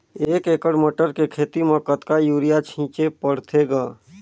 एक एकड़ मटर के खेती म कतका युरिया छीचे पढ़थे ग?